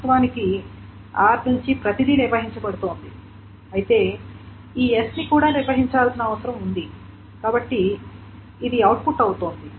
వాస్తవానికి r నుండి ప్రతిదీ నిర్వహించబడుతోంది అయితే ఈ s ని కూడా నిర్వహించాల్సిన అవసరం ఉంది కాబట్టి ఇది అవుట్పుట్ అవుతోంది